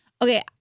Okay